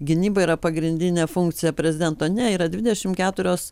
gynyba yra pagrindinė funkcija prezidento ne yra dvidešim keturios